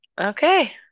Okay